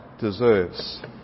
deserves